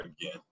again